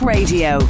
Radio